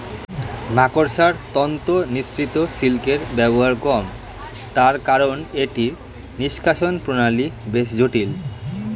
মাকড়সার তন্তু নিঃসৃত সিল্কের ব্যবহার কম, তার কারন এটির নিষ্কাশণ প্রণালী বেশ জটিল